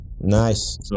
Nice